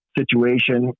situation